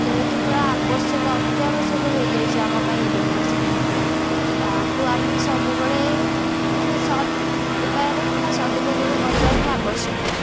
ଯେହେତୁ ପୁରା ଆବଶ୍ୟକ ଅତ୍ୟାବଶ୍ୟକ ହେଇଯାଇଛି ଆମ ପାଇଁ ଇଲେକ୍ଟ୍ରିସିଟି ତାକୁ ଆମେ ସବୁବେଳେ ମାନେ ସତ୍ ଉପାୟରେ କିମ୍ବା ସଦୁପଯୋଗ କରିବା ହିଁ ଆବଶ୍ୟକ